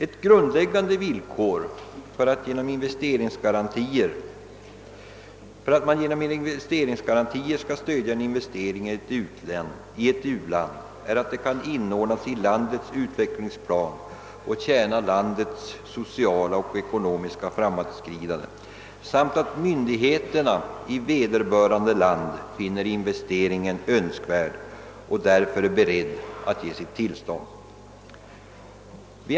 :Ett grundläggande villkor för att man genom garantier skall stödja en inve stering i ett u-land är att denna investering kan inordnas i landets utvecklingsplan och tjäna dess sociala och ekonomiska framåtskridande samt att myndigheterna i vederbörande land finner investeringen önskvärd och därför är beredda att ge sitt tillstånd.